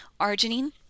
Arginine